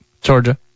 Georgia